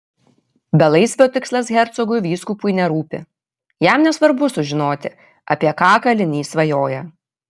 belaisvio tikslas hercogui vyskupui nerūpi jam nesvarbu sužinoti apie ką kalinys svajoja